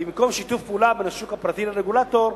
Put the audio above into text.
כי במקום שיתוף פעולה בין השוק הפרטי לרגולטור,